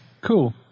Cool